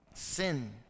Sin